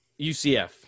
UCF